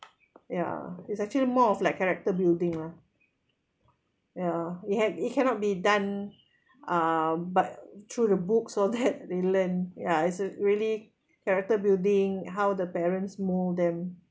ya it's actually more of like character building lah ya you ha~ it cannot be done uh but through the books all that they learn ya is a really character building how the parents mold them